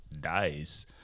dies